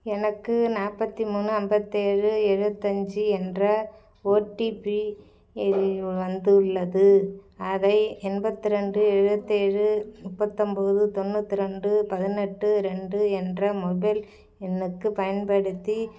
எனக்கு நாற்பத்தி மூணு ஐம்பத்தேழு எழுபத்தஞ்சி என்ற ஒடிபி இது வந்துள்ளது அதை எண்பத்திரெண்டு எழுபத்தேழு முப்பத்தொன்போது தொன்னூற்ரெண்டு பதினெட்டு ரெண்டு என்ற மொபைல் எண்ணுக்கு பயன்படுத்தி